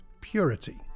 purity